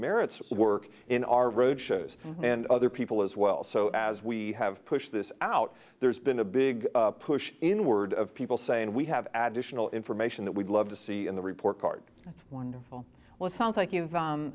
merits work in our road shows and other people as well so as we have pushed this out there's been a big push in word of people saying we have admission all information that we'd love to see in the report card that's wonderful well it sounds like you